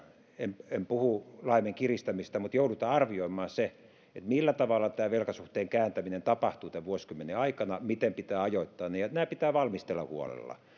en en puhu laajemmin kiristämisestä mutta joudutaan arvioimaan se millä tavalla tämä velkasuhteen kääntäminen tapahtuu tämän vuosikymmenen aikana miten pitää ajoittaa se ja tämä pitää valmistella huolella